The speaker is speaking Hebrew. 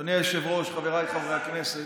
אדוני היושב-ראש, חבריי חברי הכנסת,